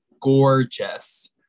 gorgeous